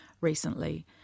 recently